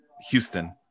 Houston